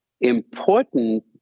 important